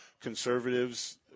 conservatives